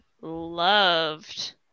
loved